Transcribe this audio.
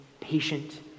patient